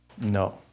No